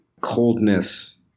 coldness